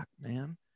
man